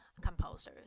composers